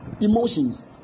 emotions